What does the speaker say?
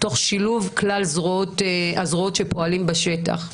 תוך שילוב כלל הזרועות הפועלות בשטח.